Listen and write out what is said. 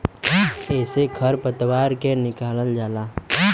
एसे खर पतवार के निकालल जाला